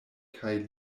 kaj